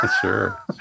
Sure